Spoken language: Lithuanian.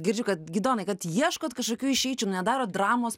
girdžiu kad gidonai kad ieškot kažkokių išeičių nedarot dramos